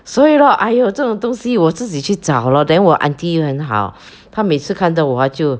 所以 lor !aiyo! 这种东西我自己去找 lor then 我 aunty 很好她每次看到我她就